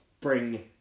bring